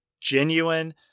genuine